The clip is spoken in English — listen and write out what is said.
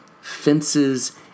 fences